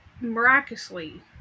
Miraculously